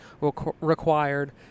required